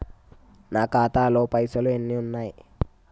నా ఖాతాలో పైసలు ఎన్ని ఉన్నాయి?